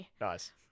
nice